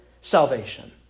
salvation